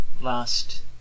last